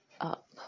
up